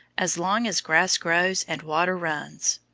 as long as grass grows and water runs.